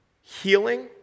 healing